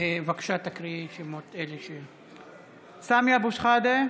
בבקשה תקראי את שמות אלה (קוראת בשמות חברי הכנסת) סמי אבו שחאדה,